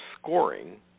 scoring